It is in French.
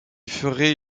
ferait